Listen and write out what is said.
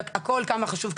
והכל היה חשוב,